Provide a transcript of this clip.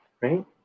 right